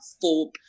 four